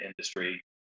industry